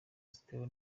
zitewe